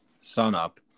sunup